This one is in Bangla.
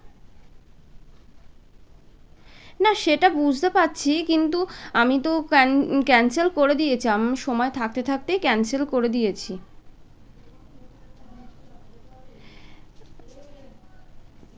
না সেটা বুঝতে পাচ্ছি কিন্তু আমি তো ক্যান ক্যান্সেল করে দিয়েছি আমি সময় থাকতে থাকতেই ক্যান্সেল করে দিয়েছি